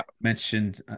mentioned